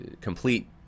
complete